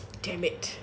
damn it